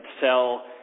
sell